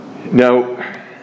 Now